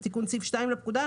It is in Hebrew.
בתיקון סעיף 2 לפקודה,